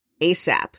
ASAP